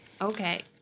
Okay